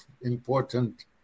important